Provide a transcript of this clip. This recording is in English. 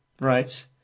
right